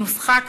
היא נוסחה,